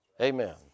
Amen